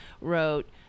wrote